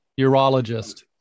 urologist